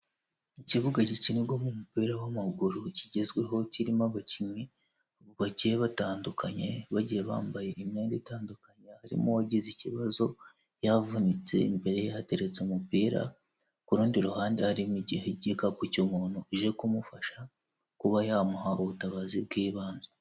Ikibuga gikinirwamo umupira w'amaguru kigezweho kirimo abakinnyi bagiye batandukanye bagiye bambaye imyenda itandukanye, harimo uwagize ikibazo yavunitse imbere ye hateretse umupira ku rundi ruhande hari igikapu cy'umuntu uje kumufasha kuba yamuha ubutabazi bw'ibanze.